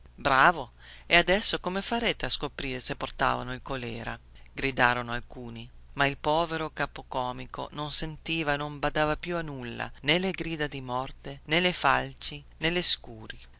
e adesso come farete a scoprire se portavano il colèra gridarono alcuni ma il povero capocomico non sentiva e non badava più a nulla nè le grida di morte nè le falci nè le scuri